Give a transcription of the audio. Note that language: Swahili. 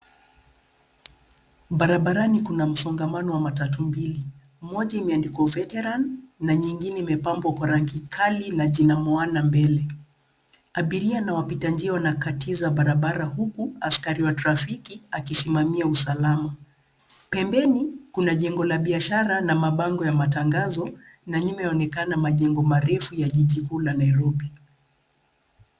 Barabarani kuna msongamano wa matatu mbili. Moja imeandikwa Veteran na nyingine imepambwa kwa rangi kali na jina moana mbele. Abiria na wapita njia wanakatiza barabara huku askari wa trafiki akisimamia usalama. Pembeni kuna jengo la biashara na mabango ya matangazo na nyuma yaonekana majengo marefu ya jiji kuu la Nairobi.